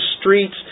streets